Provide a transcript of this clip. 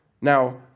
Now